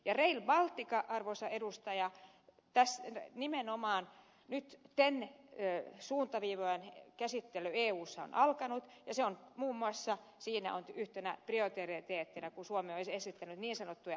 rail balticasta arvoisa edustaja nimenomaan nyt ten suuntaviivojen käsittely eussa on alkanut ja siinä on tämä muun muassa yhtenä prioriteettina kun suomi on esittänyt niin sanottuja prioriteettihankkeita